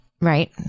right